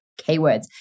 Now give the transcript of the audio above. keywords